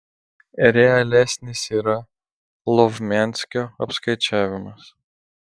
realesnis yra lovmianskio apskaičiavimas